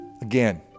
again